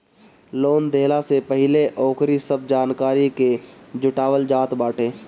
loan देहला से पहिले ओकरी सब जानकारी के जुटावल जात बाटे